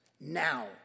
Now